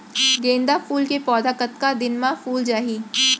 गेंदा फूल के पौधा कतका दिन मा फुल जाही?